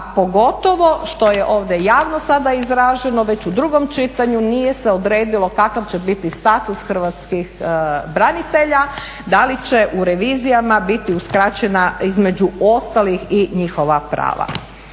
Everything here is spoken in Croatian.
pogotovo što je ovdje javno sada izraženo već u drugom čitanju nije se odredilo kakav će biti status hrvatskih branitelja da li će u revizijama biti uskraćena između ostalih i njihova prava.